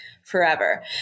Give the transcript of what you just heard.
forever